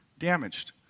damaged